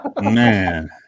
Man